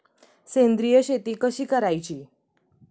सेंद्रिय शेती कशी करायची?